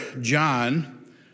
John